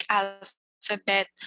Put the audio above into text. alphabet